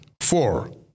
four